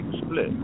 split